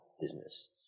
Business